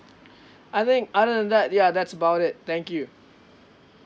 I think other than that ya that's about it thank you